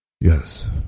Yes